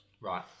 Right